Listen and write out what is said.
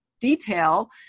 detail